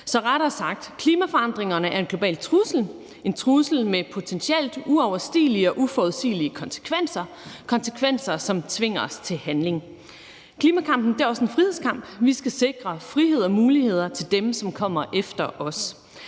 Så rettere sagt: Klimaforandringerne er en global trussel, en trussel med potentielt uoverstigelige og uforudsigelige konsekvenser, konsekvenser, som tvinger os til handling. Klimakampen er også en frihedskamp. Vi skal sikre frihed og muligheder til dem, som kommer efter os.